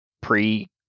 pre